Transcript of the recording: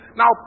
now